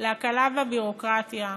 להקלה בביורוקרטיה.